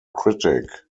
critic